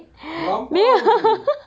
melampau jer